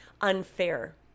unfair